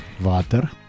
water